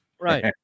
Right